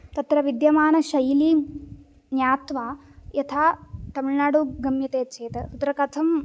तत्र विद्यमानशैलीं ज्ञात्वा यथा तमिल्नाडु गम्यते चेत् तत्र कथं